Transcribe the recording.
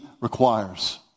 requires